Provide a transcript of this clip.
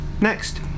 next